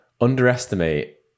underestimate